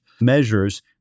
measures